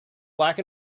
black